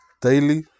daily